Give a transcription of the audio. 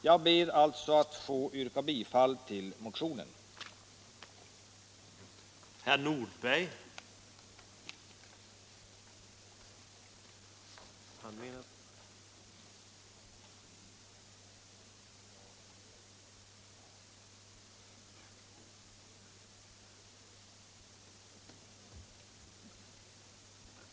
Jag ber att få yrka bifall till motionen 442.